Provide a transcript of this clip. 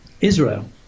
Israel